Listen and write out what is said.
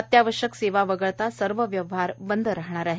अत्यावश्यक सेवा वगळता सर्व व्यवहार बंद राहणार आहे